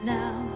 now